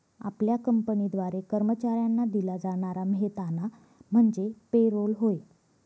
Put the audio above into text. आपल्या कंपनीद्वारे कर्मचाऱ्यांना दिला जाणारा मेहनताना म्हणजे पे रोल होय